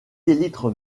élytres